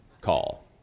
call